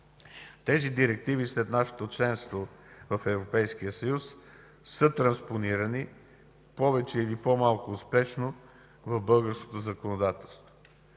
Тези директиви след нашето членство в Европейския съюз са транспонирани повече или по-малко успешно в българското законодателство.